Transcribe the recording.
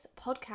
podcast